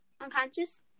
unconscious